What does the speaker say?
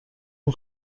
اون